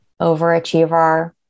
overachiever